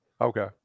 Okay